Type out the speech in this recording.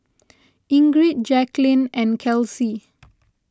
Ingrid Jacqueline and Kelsea